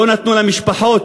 לא נתנו למשפחות,